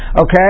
Okay